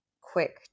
quick